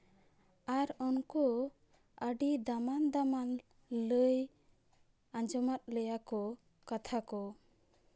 ᱟᱨ ᱩᱱᱠᱩ ᱟᱹᱰᱤ ᱫᱟᱢᱟᱱ ᱫᱟᱢᱟᱱ ᱞᱟᱹᱭ ᱟᱸᱡᱚᱢᱟᱫ ᱞᱮᱭᱟ ᱠᱚ ᱠᱟᱛᱷᱟ ᱠᱚ